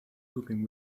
cooking